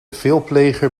veelpleger